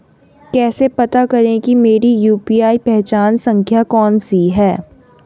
कैसे पता करें कि मेरी यू.पी.आई पहचान संख्या कौनसी है?